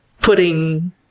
putting